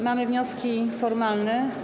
Mamy wnioski formalne.